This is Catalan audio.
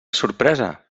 sorpresa